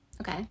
Okay